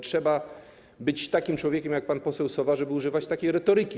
Trzeba być takim człowiekiem jak pan poseł Sowa, żeby używać takiej retoryki.